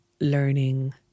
learning